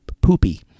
poopy